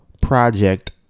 project